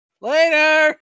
Later